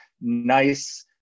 nice